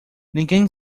ninguém